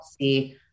see